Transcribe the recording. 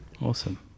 Awesome